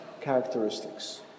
characteristics